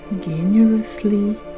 generously